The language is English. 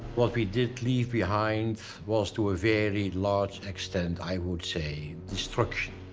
what we did leave behind was to a very large extent, i would say destruction,